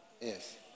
Yes